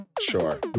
Sure